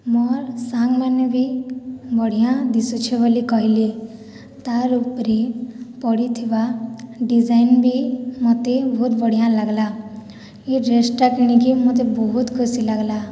ମୋର୍ ସାଙ୍ଗ୍ମାନେ ବି ବଢ଼ିଆ ଦିସୁଛେ ବୋଲି କହେଲେ ତାର୍ ଉପ୍ରେ ପଡ଼ିଥିବା ଡିଜାଇନ୍ ବି ମତେ ବହୁତ୍ ବଢ଼ିଆ ଲାଗ୍ଲା ଇ ଡ୍ରେସ୍ଟା କିଣିକି ମତେ ବହୁତ୍ ଖୁସି ଲାଗ୍ଲା